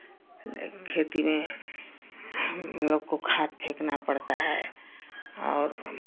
खेती में हम लोग को खाद फेंकना पड़ता है और